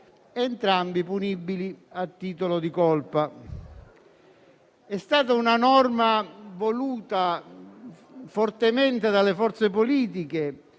entrambi punibili a titolo di colpa. È stata una norma fortemente voluta dalle forze politiche